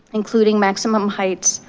including maximum heights,